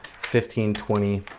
fifteen, twenty,